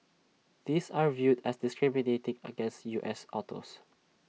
these are viewed as discriminating against U S autos